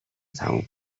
تموم